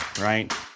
right